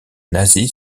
nazi